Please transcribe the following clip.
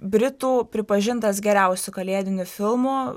britų pripažintas geriausiu kalėdiniu filmu